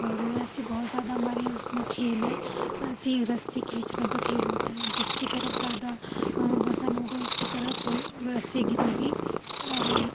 اور ایسی بہت زیادہ ہمارے اس میں کھیل ہیں ایسے ہی رسی کھیچنے کا کھیل ہوتا ہے جس کی طرف زیادہ وزن ہوگا اس کی طرف رسی گرے گی اور